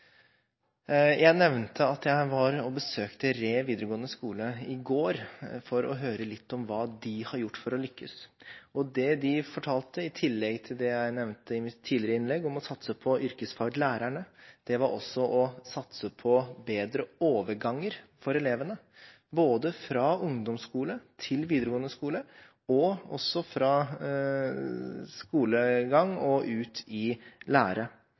Jeg nevnte at jeg var og besøkte Re videregående skole i går for å høre litt om hva de har gjort for å lykkes. Det de fortalte – i tillegg til det jeg nevnte i mitt tidligere innlegg om å satse på yrkesfaglærerne – var også å satse på bedre overganger for elevene, både fra ungdomsskole til videregående skole og fra skolegang og ut i